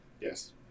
Yes